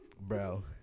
Bro